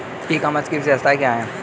ई commerce की विशेषताएं क्या हैं?